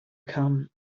come